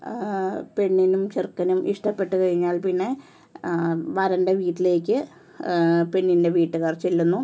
പെണ്ണിനും ചെറുക്കനും ഇഷ്ടപ്പെട്ടു കഴിഞ്ഞാൽ പിന്നെ വരൻ്റെ വീട്ടിലേക്ക് പെണ്ണിൻ്റെ വീട്ടുകാർ ചെല്ലുന്നു